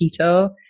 keto